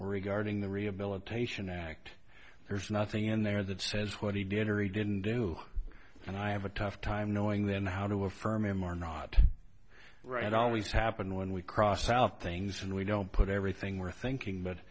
regarding the rehabilitation act there's nothing in there that says what he did or he didn't do and i have a tough time knowing then how to affirm him are not right always happen when we cross out things and we don't put everything we're thinking but